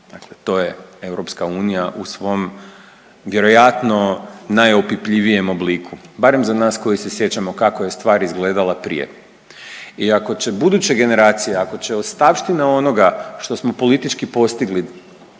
dakle to je EU u svom vjerojatno najopipljivijem obliku, barem za nas koji se sjećamo kako je stvar izgledala prije. I ako će buduće generacije, ako će ostavština onoga što smo politički postigli